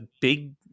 big